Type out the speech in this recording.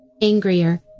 angrier